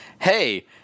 hey